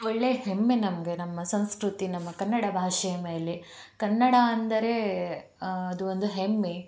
ಒಳ್ಳೆಯ ಹೆಮ್ಮೆ ನಮಗೆ ನಮ್ಮ ಸಂಸ್ಕೃತಿ ನಮ್ಮ ಕನ್ನಡ ಭಾಷೆಯ ಮೇಲೆ ಕನ್ನಡ ಅಂದರೆ ಅದು ಒಂದು ಹೆಮ್ಮೆ